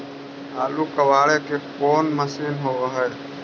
आलू कबाड़े के कोन मशिन होब है?